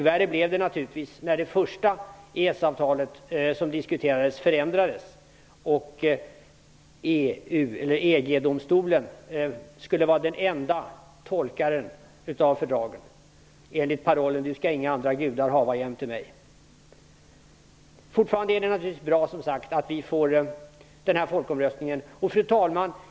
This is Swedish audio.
Värre blev det naturligtvis när det första EES-avtalet som diskuterades förändrades och EG-domstolen skulle vara den enda tolkaren av fördraget enligt parollen: Du skall inga andra gudar hava jämte mig. Det är som sagt bra att folkomröstningen genomförs. Fru talman!